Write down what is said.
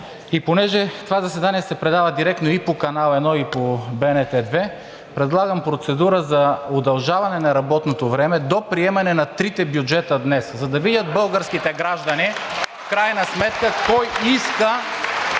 И понеже това заседание се предава директно и по Канал 1, и по БНТ 2, предлагам процедура за удължаване на работното време до приемане на трите бюджета днес, за да видят българските граждани (ръкопляскания